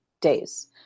days